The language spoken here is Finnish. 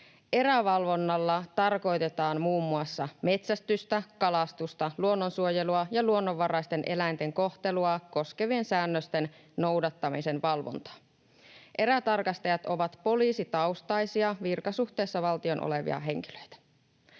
Erävalvonnalla tarkoitetaan muun muassa metsästystä, kalastusta, luonnonsuojelua ja luonnonvaraisten eläinten kohtelua koskevien säännösten noudattamisen valvontaa. Erätarkastajat ovat poliisitaustaisia virkasuhteessa valtioon olevia henkilöitä.